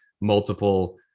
multiple